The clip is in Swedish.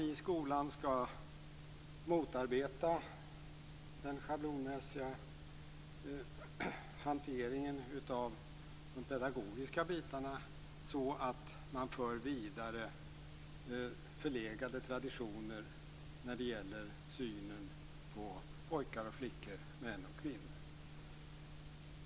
I skolan skall man motarbeta den schablonmässiga hanteringen av pedagogiken så att man inte för vidare förlegade traditioner vad gäller synen på pojkar och flickor, män och kvinnor.